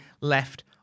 left